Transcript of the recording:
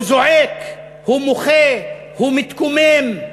הוא זועק, הוא מוחה, הוא מתקומם,